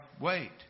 wait